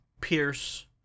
Pierce